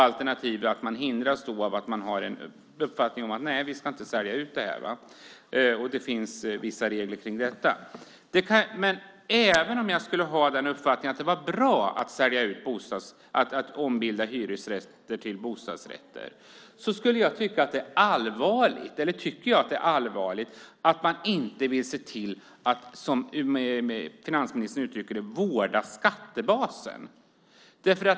Alternativet är att man hindras genom att man har uppfattningen att man inte ska sälja ut. Det finns vissa regler som gäller detta. Även om jag skulle ha uppfattningen att det är bra att ombilda hyresrätter till bostadsrätter tycker jag att det är allvarligt att man inte vill se till att, som finansministern uttrycker det, vårda skattebasen.